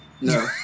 No